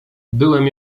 byłem